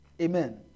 Amen